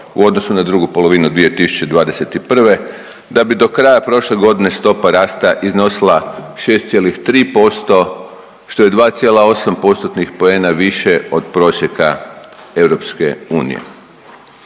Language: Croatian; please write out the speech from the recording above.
u odnosu na drugu polovinu 2021., da bi do kraja prošle godine stopa rasta iznosila 6,3%, što je 2,8 postotnih poena više od prosjeka EU.